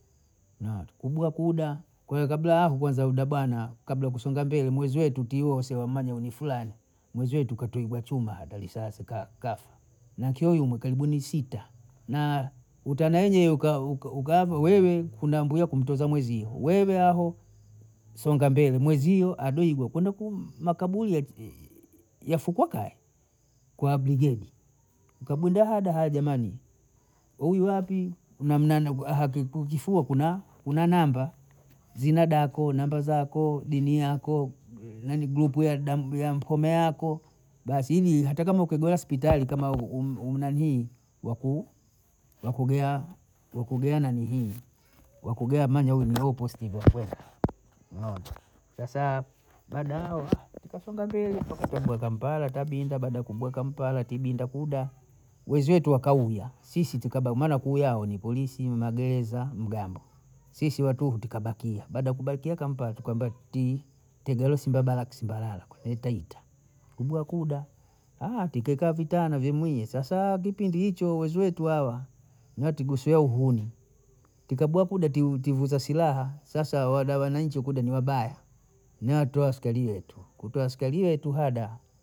Nata kubwiwa kuda, kwaiyo kabla ya hapo kwanza uda bwana kabla ya kusonga mbele mweziwetu tiose omanya mwenye fulana, mweziwetu katuigwa chuma hapa risasi ka- kafa na nkeo yumo karibuni sita, na utanayenyewe uka- ukaavyo wewe kuna mbuya kumtoza mwenzio wewe aho songa mbele mwezio abibwe kwenda kum- makaburi yafukwa kaya kwa abrigedi, tukabundua hada jamani huyu wapi mna mnanaga aha kifua kuna kuna namba zina dako, namba zako, dini yako, nani grupu ya damu ya mpone yako, basi hili hata kama ukigaia spitali kama umnanii yaku yakugea nanihii yakugea minelo mlopositivwa njo, naona sasa madawa tukasonga mbele mpaka tukagua kampala kabinda baada ya kubwa kampala tibinda kuda weziwetu wakauya sisi tukaba mana kuya hawaoni polisi, mageeza, mgambo, sisi watuhu tukabakia, baada ya kubakia kampala tukambwa ti tegeresi mbadala kisimbalala wataita kubwiwa kuda tikekaa vitana vyemwie sasa kipindi hicho weziwetu hawa niwatigosiwa uhuni tikabwa kuda ti- tivuza silaha, sasa wada wananchi kule ni wabaya ni hawa tu askari wetu, kutoa askari wetu hada